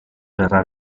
verrà